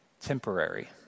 temporary